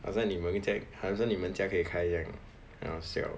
好像你们会在好像你们家可以开一样很好笑